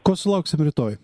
ko sulauksim rytoj